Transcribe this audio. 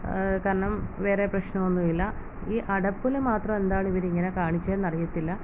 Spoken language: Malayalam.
കാരണം വേറെ പ്രശ്നം ഒന്നുമില്ല ഈ അടപ്പിൽ മാത്രം എന്താണ് അവർ ഇങ്ങനെ കാണിച്ചത് എന്നറിയത്തില്ല